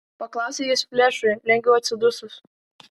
paklausė jis flešui lengviau atsidusus